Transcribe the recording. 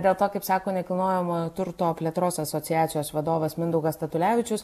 dėl to kaip sako nekilnojamojo turto plėtros asociacijos vadovas mindaugas statulevičius